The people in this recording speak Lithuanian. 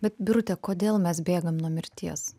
bet birute kodėl mes bėgam nuo mirties